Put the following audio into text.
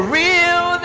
real